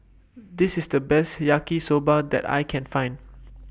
This IS The Best Yaki Soba that I Can Find